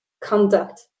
conduct